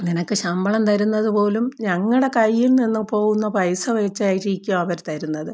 നിനക്ക് ശമ്പളം തരുന്നതു പോലും ഞങ്ങളുടെ കയ്യിൽ നിന്നു പോകുന്ന പൈസ വെച്ചായിരിക്കും അവർ തരുന്നത്